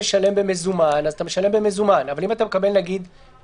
הליכים יכול אחד הנושים שלך לבקש בקשה להליך חדלות פירעון.